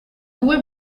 due